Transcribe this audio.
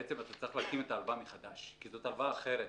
בעצם צריך להקים את ההלוואה מחדש כי זאת הלוואה אחרת,